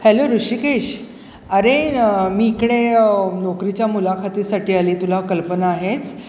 hello Rishikesh अरे मी इकडे नोकरीच्या मुलाखतीसाठी आली तुला कल्पना आहेच